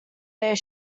their